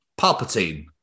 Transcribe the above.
Palpatine